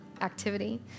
activity